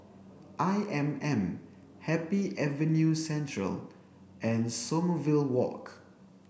I M M Happy Avenue Central and Sommerville Walk